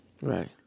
Right